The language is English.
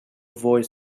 avoid